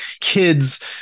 kids